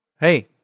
Hey